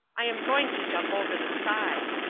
i am going to jump over the side.